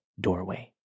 doorway